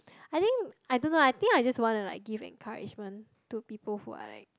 I think I don't know ah I think I just want to like give encouragement to people who are like